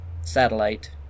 Satellite